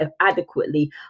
adequately